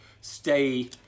stay